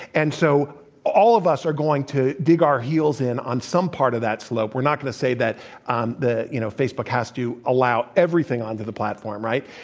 and so all of us are going to dig our heels in on some part of that slope. we're not going to say that the you know, facebook has to allow everything onto the platform, right?